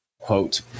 quote